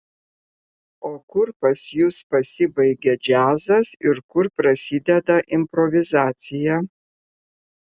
o kur pas jus pasibaigia džiazas ir kur prasideda improvizacija